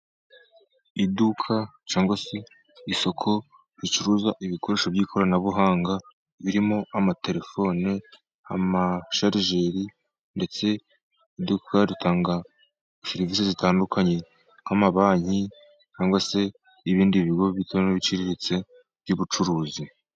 Iduka cyangwa se isoko ricuruza ibikoresho by' ikoranabuhanga birimo, amatelefone, amasharijeri ndetse iduka ritanga serivisi zitandukanye, nk' amabanki cyangwa se ibindi bigo bito n'ibiciriritse by' ubucuruzi.